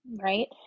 right